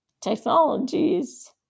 technologies